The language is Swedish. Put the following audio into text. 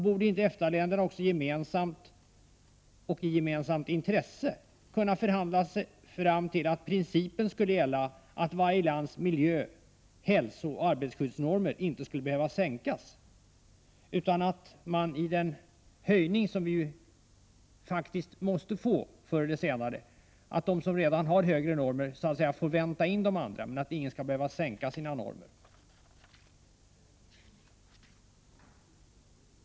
Borde inte EFTA-länderna gemensamt och i gemensamt intresse kunna förhandla sig fram till att den principen skulle gälla att de enskilda ländernas miljö-, hälsooch arbetarskyddsnormer inte skulle behöva sänkas? De som redan har högre normer skulle då så att säga få vänta in att de andra höjer sina normer, men ingen borde behöva sänka sina normer.